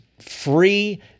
free